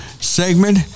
segment